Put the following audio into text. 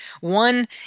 One